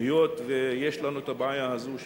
היות שיש לנו הבעיה הזאת,